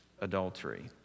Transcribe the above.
adultery